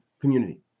community